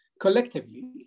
collectively